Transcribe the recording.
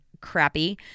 Crappy